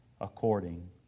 according